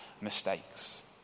mistakes